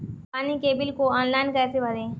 पानी के बिल को ऑनलाइन कैसे भरें?